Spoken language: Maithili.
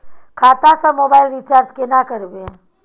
खाता स मोबाइल रिचार्ज केना करबे?